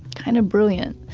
kind of brilliant.